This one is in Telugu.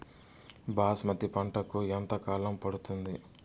బాస్మతి పంటకు ఎంత కాలం పడుతుంది?